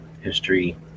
history